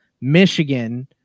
Michigan